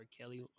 Kelly